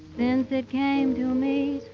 since it came to me,